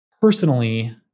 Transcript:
personally